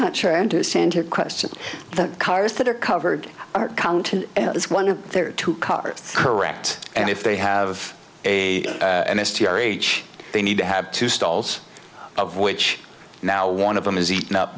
not sure i understand your question the cars that are covered are counted as one of their two cars correct and if they have a and s t r h they need to have two stalls of which now one of them is eaten up